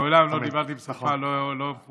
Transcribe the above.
מעולם לא דיברתי בשפה לא מכובדת,